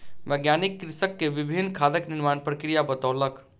वैज्ञानिक कृषक के विभिन्न खादक निर्माण प्रक्रिया बतौलक